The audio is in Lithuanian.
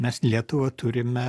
mes lietuvą turime